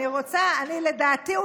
לדעתי,